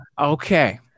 Okay